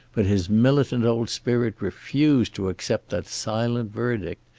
but his militant old spirit refused to accept that silent verdict.